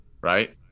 right